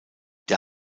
der